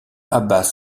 abbas